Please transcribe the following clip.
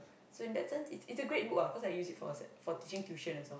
so in that sense it's it's a great book ah cause I use it for asse~ for teaching tuition as well